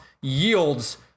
yields